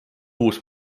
uus